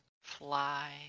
fly